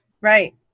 right